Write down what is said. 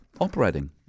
operating